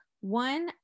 one